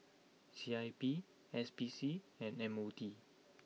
C I P S P C and M O T